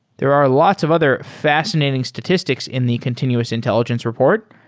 there are lots of other fascinating statistics in the continuous intelligence report,